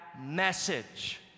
message